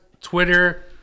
Twitter